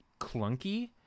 clunky